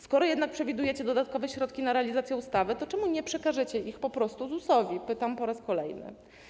Skoro jednak przewidujecie dodatkowe środki na realizację ustawy, to dlaczego nie przekażecie ich po prostu ZUS-owi? - pytam po raz kolejny.